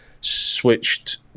switched